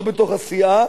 לא בתוך הסיעה,